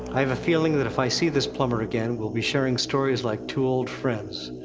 i have a feeling that if i see this plumber again, we'll be sharing stories like two old friends.